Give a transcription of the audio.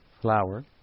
flower